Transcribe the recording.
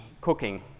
cooking